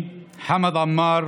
אני, חמד עמאר,